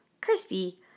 Christy